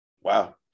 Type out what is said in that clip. Wow